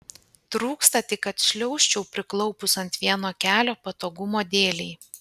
trūksta tik kad šliaužčiau priklaupus ant vieno kelio patogumo dėlei